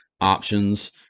options